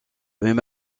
même